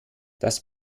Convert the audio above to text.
das